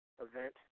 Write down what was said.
event